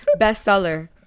bestseller